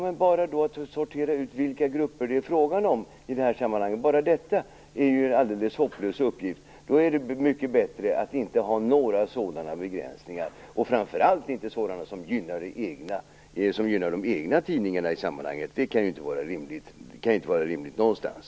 Men bara att sortera ut vilka grupper det är fråga om i det här sammanhanget är ju en alldeles hopplös uppgift. Då är det mycket bättre att inte ha några sådana begränsningar, och framför allt inte sådana som gynnar de egna tidningarna. Det kan ju inte vara rimligt någonstans!